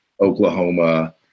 Oklahoma